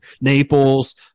Naples